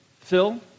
phil